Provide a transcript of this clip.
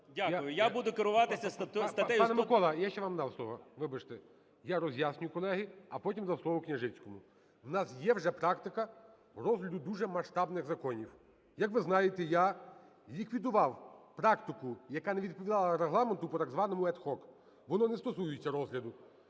Дякую. Я буду керуватися статтею… ГОЛОВУЮЧИЙ. Пане Миколо, я ще вам не дав слово. Вибачте! Я роз'ясню, колеги, а потім дам слово Княжицькому. В нас є вже практика розгляду дуже масштабних законів. Як ви знаєте, я ліквідував практику, яка не відповідала Регламенту по так званому ad hoc. Воно не стосується розгляду.